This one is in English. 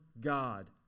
God